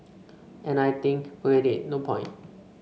and I think forget it no point